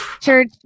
church